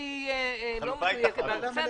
בסדר.